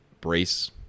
brace